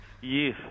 Yes